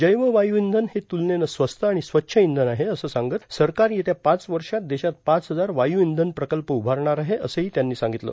जैव वायू इंधन हे तुलनेनं स्वस्त आणि स्वच्छ इंधन आहे असं सांगत सरकार येत्या पाच वर्षात देशात पाच हजार वायू इंधन प्रकल्प उभारणार आहे असं त्यांनी सांगितलं